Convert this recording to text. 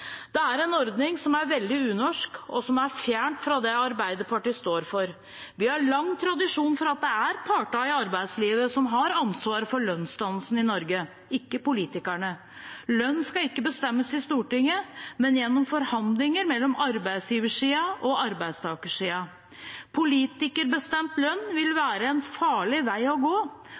Det er en ordning som er veldig unorsk, og fjernt fra det Arbeiderpartiet står for. Vi har lang tradisjon for at partene i arbeidslivet har ansvaret for lønnsdannelsen i Norge, ikke politikerne. Lønn skal ikke bestemmes i Stortinget, men gjennom forhandlinger mellom arbeidsgiversiden og arbeidstakersiden. Politikerbestemt lønn vil være en farlig vei å gå.